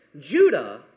Judah